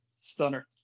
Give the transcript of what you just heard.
Stunner